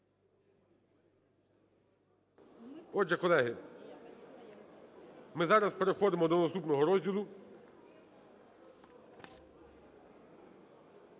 Отже, колеги, ми зараз переходимо до наступного розділу